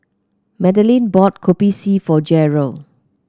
Madeleine bought Kopi C for Jeryl